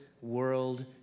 world